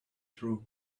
through